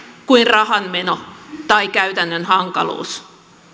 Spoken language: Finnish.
kuin rahanmeno tai käytännön hankaluus